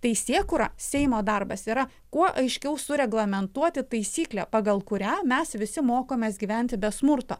teisėkūra seimo darbas yra kuo aiškiau sureglamentuoti taisyklę pagal kurią mes visi mokomės gyventi be smurto